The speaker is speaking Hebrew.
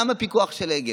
גם הפיקוח של אגד,